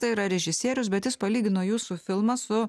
tai yra režisierius bet jis palygino jūsų filmą su